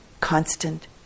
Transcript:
constant